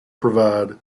provide